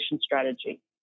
strategy